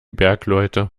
bergleute